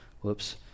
whoops